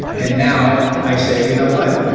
and now i say, you know what?